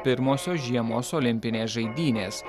pirmosios žiemos olimpinės žaidynės